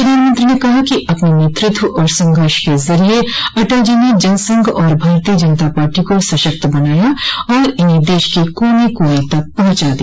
प्रधानमंत्री ने कहा कि अपने नेतृत्व और संघर्ष के जरिए अटल जी ने जनसंघ और भारतीय जनता पार्टी को सशक्त बनाया और इन्हें देश के कोने कोने तक पहुंचा दिया